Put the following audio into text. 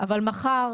אבל מחר